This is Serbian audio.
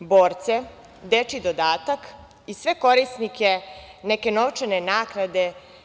borce, dečiji dodatak i sve korisnike neke novčane naknade.